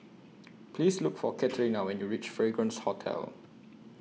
Please Look For Katerina when YOU REACH Fragrance Hotel